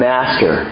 Master